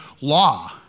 law